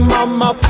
Mama